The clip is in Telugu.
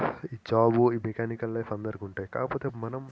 ఈ జాబ్ ఈ మెకానికల్ లైఫ్ అందరికీ ఉంటాయి కాకపోతే మనం